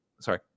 Sorry